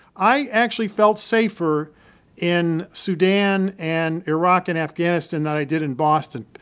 i actually felt safer in sudan and iraq and afghanistan than i did in boston.